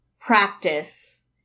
practice